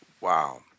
Wow